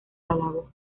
alabó